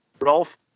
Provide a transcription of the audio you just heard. Rolf